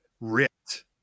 ripped